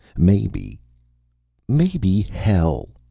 maybe maybe, hell!